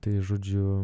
tai žodžiu